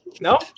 No